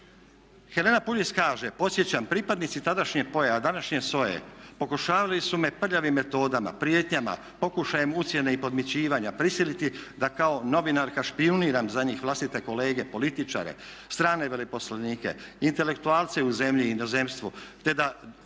Helena Puljiz kaže, podsjećam pripadnici tadašnje POA-e, a današnje SOA-e pokušavali su me prljavim metodama, prijetnjama, pokušajem ucjene i podmićivanja prisiliti da kao novinarka špijuniram za njih vlastite kolege, političare, strane veleposlanike, intelektualce u zemlji i inozemstvu, te da